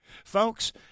Folks